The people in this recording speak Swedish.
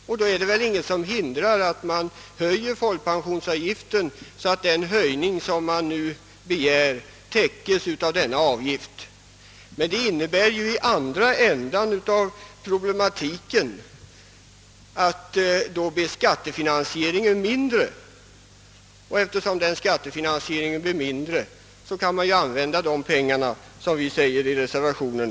Men då är det väl ingenting som hindrar att vi höjer folkpensionsavgiften, så att de ökade folkpensionskostnaderna täckes något mer av avgiften! Detta innebär emellertid, så att säga i andra ändan av problematiken, att skattefinansieringen då blir mindre. Men de pengarna kan ju användas till andra angelägna ändamål — som det står i reservationen.